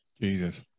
Jesus